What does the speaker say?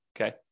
okay